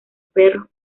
perros